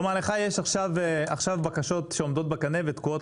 יש לך עכשיו בקשות שתקועות בקנה ותקועות